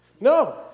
no